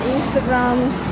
Instagrams